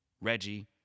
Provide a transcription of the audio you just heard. Reggie